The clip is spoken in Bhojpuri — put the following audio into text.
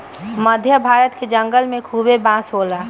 मध्य भारत के जंगल में खूबे बांस होला